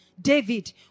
David